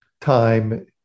time